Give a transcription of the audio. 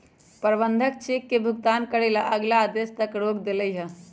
प्रबंधक चेक के भुगतान करे ला अगला आदेश तक रोक देलई ह